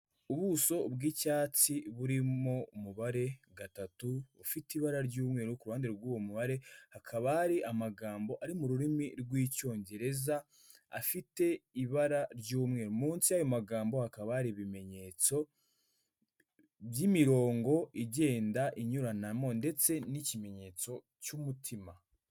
Ubuso bw'icyatsi burimo umubare gatatu, ufite ibara ry'umweru, ku ruhande rw'uwo mubare hakaba hari amagambo ari mu rurimi rw'icyongereza, afite ibara ry'umweru, munsi y'ayo magambo hakaba hari ibimenyetso by'imirongo igenda inyuranamo, ndetse n'ikimenyetso cy'umutima.